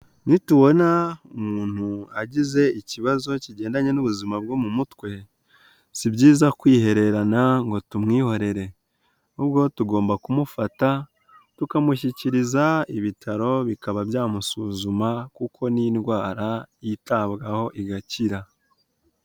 Nitubona umuntu agize ikibazo kigendanye n'ubuzima bwo mu mutwe, si byiza kwihererana ngo tumwihorere ahubwo tugomba kumufata tukamushyikiriza ibitaro, bikaba byamusuzuma kuko n'indwara yitabwaho igakira.